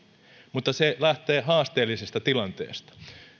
mutta se lähtee haasteellisesta tilanteesta